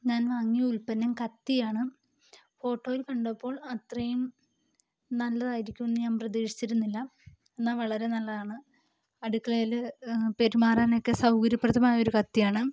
ഞാൻ വാങ്ങിയ ഉൽപ്പന്നം കത്തിയാണ് ഫോട്ടോയിൽ കണ്ടപ്പോൾ അത്രയും നല്ലതായിരിക്കും എന്ന് ഞാൻ പ്രതീക്ഷിച്ചിരുന്നില്ല എന്നാൽ വളരെ നല്ലതാണ് അടുക്കളയില് പെരുമാറാനൊക്കെ സൗകര്യപ്രദമായൊരു കത്തിയാണ്